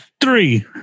three